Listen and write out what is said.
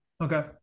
Okay